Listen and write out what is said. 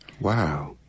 Wow